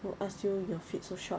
who ask you your feet so short